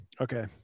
Okay